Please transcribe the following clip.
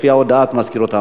לפי הודעת מזכירות הממשלה.